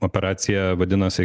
operacija vadinosi